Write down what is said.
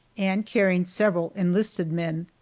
and carrying several enlisted men.